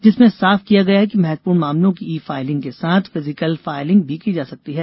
जिसमें साफ किया गया है कि महत्वपूर्ण मामलों की ई फाइलिंग के साथ फिजिकल फाइलिंग भी की जा सकती है